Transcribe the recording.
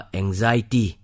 anxiety